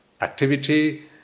activity